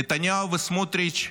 נתניהו וסמוטריץ'